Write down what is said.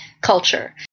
culture